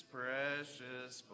precious